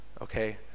Okay